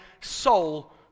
soul